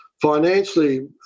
financially